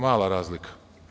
Mala razlika.